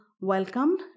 welcome